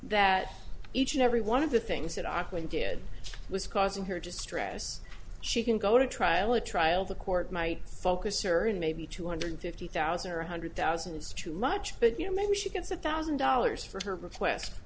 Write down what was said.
that each and every one of the things that are going did was causing her distress she can go to trial a trial the court might focus or and maybe two hundred fifty thousand or one hundred thousand is too much but you know maybe she gets a thousand dollars for her request